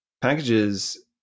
packages